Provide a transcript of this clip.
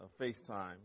FaceTime